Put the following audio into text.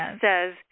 says